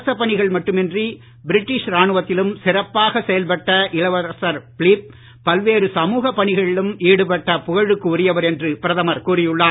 அரச பணிகள் மட்டுமன்றி பிரிட்டிஷ் ராணுவத்திலும் சிறப்பாக செயல்பட்ட இளவரசர் பிலிப் பல்வேறு சமூக பணிகளிலும் ஈடுபட்ட புகழுக்கு உரியவர் என்று பிரதமர் கூறியுள்ளார்